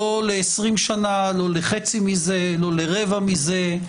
לא ל-20 שנה, לא לחצי מזה, לא לרבע מזה,